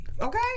Okay